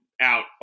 out